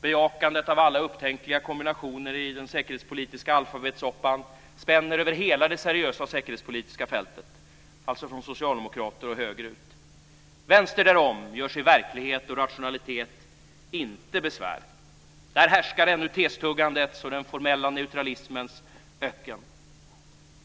Bejakandet av alla upptänkliga kombinationer i den säkerhetspolitiska alfabetssoppan spänner över hela det seriösa säkerhetspolitiska fältet, alltså från socialdemokrater och högerut. Vänster därom gör sig verklighet och rationalitet inte besvär. Där härskar ännu testuggandets och den formella neutralismens öken.